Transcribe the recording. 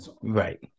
Right